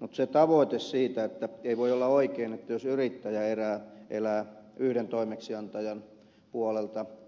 mutta se tavoite ei voi olla oikein että jos yrittäjä elää yhden toimeksiantajan